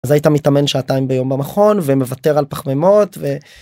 אז היית מתאמן שעתיים ביום במכון ומוותר על פחמימות.